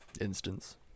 instance